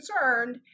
concerned